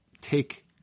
take